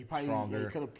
stronger